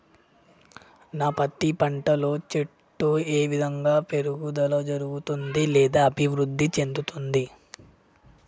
నా పత్తి పంట లో చెట్టు ఏ విధంగా పెరుగుదల జరుగుతుంది లేదా అభివృద్ధి చెందుతుంది?